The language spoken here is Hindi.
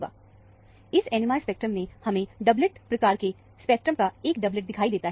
तो इस NMR स्पेक्ट्रम में हमें डबलेट प्रकार के स्पेक्ट्रम का एक डबलेट दिखाई देता है